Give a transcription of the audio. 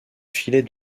filet